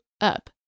up